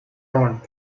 run